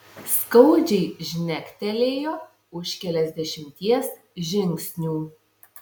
skaudžiai žnektelėjo už keliasdešimties žingsnių